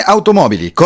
Automobili